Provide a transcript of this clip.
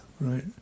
right